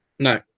No